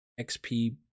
XP